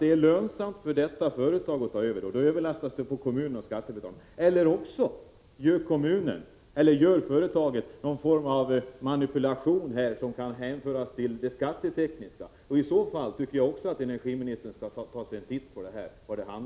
det lönsamt för detta företag att ta över verksamheten, och då överlastas förlusterna på kommunen och skattebetalarna, eller också gör företaget någon form av manipulation som kan hänföras till det skattetekniska området. I så fall tycker jag att energiministern skall studera detta.